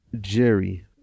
Jerry